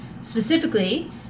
Specifically